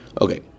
Okay